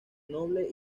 noble